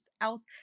else